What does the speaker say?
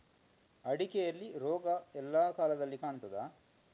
ಅಡಿಕೆಯಲ್ಲಿ ರೋಗ ಎಲ್ಲಾ ಕಾಲದಲ್ಲಿ ಕಾಣ್ತದ?